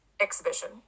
exhibition